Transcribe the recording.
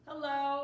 Hello